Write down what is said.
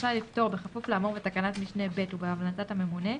רשאי לפטור בכפוף לאמור בתקנת משנה (ב) ובהמלצת הממונה,